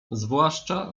zwłaszcza